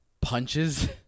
punches